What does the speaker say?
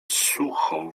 sucho